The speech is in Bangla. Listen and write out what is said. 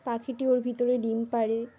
পাখিটি ওর ভিতরে ডিম পাড়ে